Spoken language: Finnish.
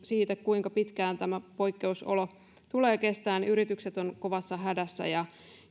siitä kuinka pitkään tämä poikkeusolo tulee kestämään yritykset ovat kovassa hädässä ja